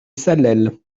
salelles